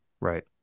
right